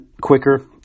quicker